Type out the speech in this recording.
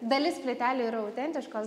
dalis plytelių yra autentiškos